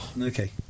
Okay